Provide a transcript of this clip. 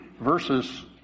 versus